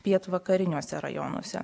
pietvakariniuose rajonuose